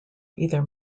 either